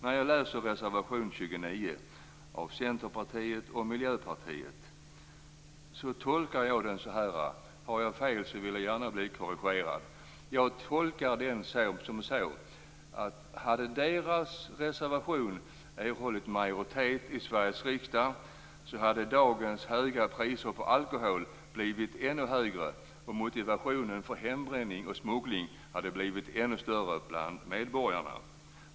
Jag har läst reservation 29 av Centerpartiet och Miljöpartiet. Jag har gjort en tolkning, och om jag har fel så vill jag gärna bli korrigerad. Hade deras reservation erhållit majoritet i Sveriges riksdag hade dagens priser på alkohol blivit ännu högre och motivationen för hembränning och smuggling blivit ännu större bland medborgarna.